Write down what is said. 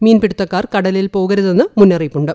മീൻപിടുത്തക്കാർ കടലിൽ പോകരുതെന്നും മുന്നറിയിപ്പുണ്ട്